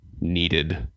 needed